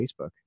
Facebook